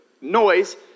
noise